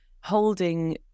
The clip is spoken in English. holding